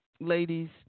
ladies